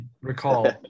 recall